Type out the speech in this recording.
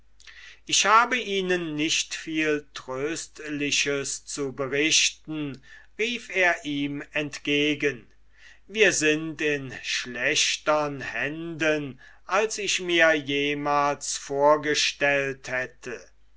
ich habe ihnen nicht viel tröstliches zu berichten rief er ihm entgegen wir sind in schlechtern händen als ich mir jemals vorgestellt hätte